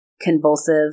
Convulsive